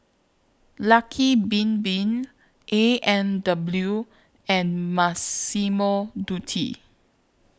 Lucky Bin Bin A and W and Massimo Dutti